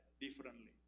differently